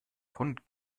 von